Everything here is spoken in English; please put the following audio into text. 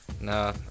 no